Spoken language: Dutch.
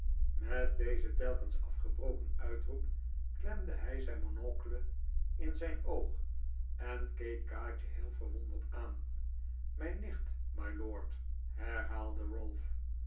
met dezen telkens afgebroken uitroep klemde hij zijn monocle in zijn oog en keek kaatje heel verwonderd aan mijn nicht mylord herhaalde